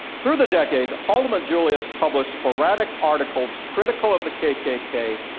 through the decade, haldeman-julius published sporadic articles critical of the kkk,